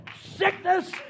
sickness